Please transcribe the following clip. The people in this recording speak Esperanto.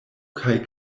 kaj